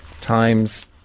Times